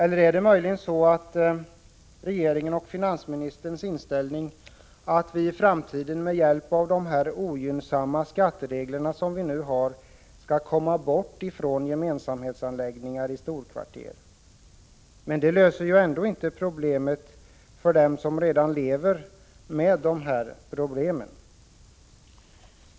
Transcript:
Eller är det möjligen regeringens och finansministerns inställning att vi i framtiden med hjälp av de ogynnsamma skattereglerna skall komma bort ifrån gemensamhetsanläggningar i storkvarter? Det skulle ändå inte vara någon lösning för dem som lever med problemen.